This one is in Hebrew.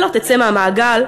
ולא תצא מהמעגל,